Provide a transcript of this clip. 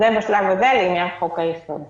זה בשלב זה לעניין חוק-היסוד.